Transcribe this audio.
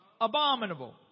abominable